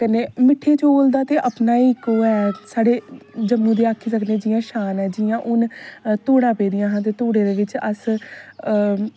कन्नै मुट्टे चौल दा ते अपना ही इक ऐ साढ़े जम्मू दे आक्खी सकने जियां शान ऐ जां हून धूडां पेदियां हियां जां धूडे़ं दे बिच अस